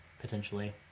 potentially